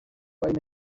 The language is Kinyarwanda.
ari